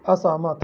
असहमत